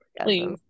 Please